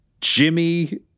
Jimmy